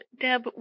Deb